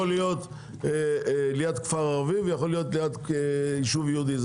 להיות ליד בפר ערבי וליד יישוב יהודי.